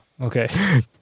Okay